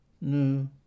No